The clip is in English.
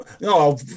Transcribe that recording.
No